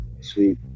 Sweet